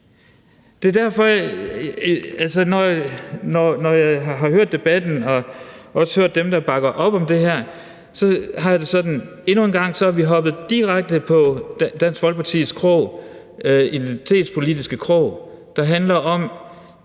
kan lide? Når jeg har hørt debatten og også hørt dem, der bakker op om det her, har jeg det sådan, at vi endnu en gang er hoppet direkte på Dansk Folkepartis identitetspolitiske krog, der handler om,